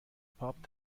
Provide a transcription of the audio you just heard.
پاپ